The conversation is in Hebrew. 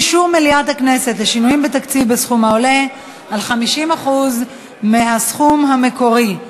אישור מליאת הכנסת לשינויים בתקציב בסכום העולה על 50% מהסכום המקורי),